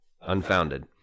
unfounded